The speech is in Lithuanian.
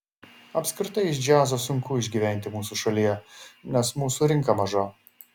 apskritai iš džiazo sunku išgyventi mūsų šalyje nes mūsų rinka maža